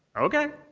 ok.